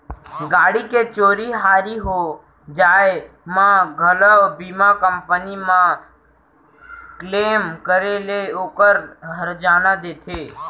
गाड़ी के चोरी हारी हो जाय म घलौ बीमा कंपनी म क्लेम करे ले ओकर हरजाना देथे